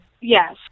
Yes